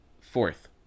Fourth